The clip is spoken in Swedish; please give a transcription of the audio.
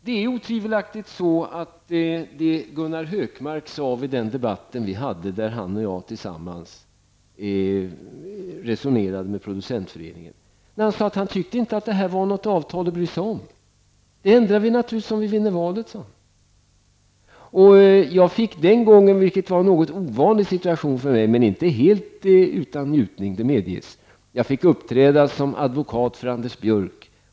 Det är otvivelaktigt så, att Gunnar Hökmark när han och jag resonerade med Producentföreningen sade att det här inte är något avtal att bry sig om. Det här ändrar vi naturligtvis om vi vinner valet, sade han. Jag råkade i den ovanliga situationen -- som inte helt var utan njutning, det medges -- att få uppträda som advokat för Anders Björck.